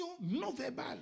non-verbal